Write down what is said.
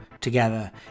together